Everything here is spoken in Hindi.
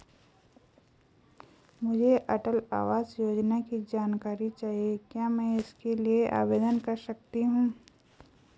मुझे अटल आवास योजना की जानकारी चाहिए क्या मैं इसके लिए आवेदन कर सकती हूँ?